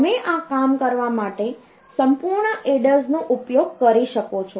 તમે આ કામ કરવા માટે સંપૂર્ણ એડર્સનો ઉપયોગ કરી શકો છો